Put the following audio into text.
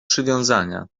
przywiązania